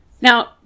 Now